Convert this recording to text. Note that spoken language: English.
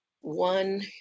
one